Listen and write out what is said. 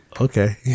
Okay